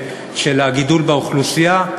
בשל העובדה שהם יהודים?